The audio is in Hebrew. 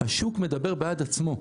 השוק מדבר בעד עצמו.